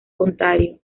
ontario